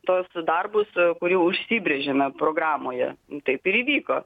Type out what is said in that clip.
tuos darbus kurių užsibrėžėme programoje taip ir įvyko